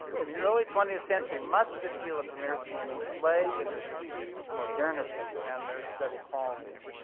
in the early twentieth century, much of the appeal of vermeer's paintings lay in their perceived modernity and their aesthetic qualities.